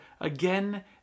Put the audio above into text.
Again